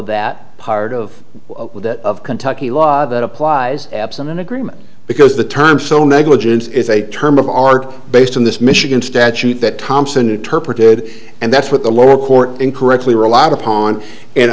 that hard of of kentucky law that applies absent an agreement because the terms so negligence is a term of art based on this michigan statute that thompson interpreted and that's what the lower court incorrectly or a lot upon